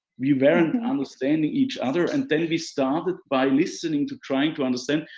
we weren't understanding each other and then we started by listening, to trying to understand,